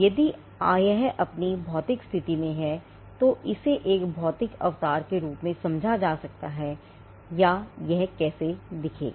यदि यह अपनी भौतिक स्थिति में हैतो इसे एक भौतिक अवतार के रूप में समझा जा सकता है या यह कैसे दिखेगा